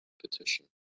Petition